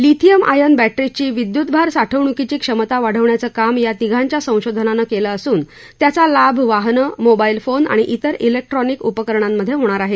lithium ion बॅटरीजची विद्युतभार साठवणुकीची क्षमता वाढवण्याचं काम या तिघांच्या संशोधनानं केलं असून त्याचा लाभ वाहनं मोबाईल फोन आणि तिर तिक्ट्रॉनिक उपकरणांमध्ये होणार आहे